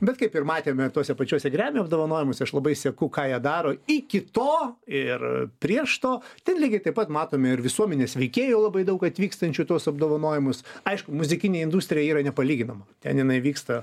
bet kaip ir matėme tuose pačiose grammy apdovanojimuose aš labai seku ką jie daro iki to ir prieš to ten lygiai taip pat matome ir visuomenės veikėjų labai daug atvykstančių į tuos apdovanojimus aišku muzikinė industrija yra nepalyginama ten jinai vyksta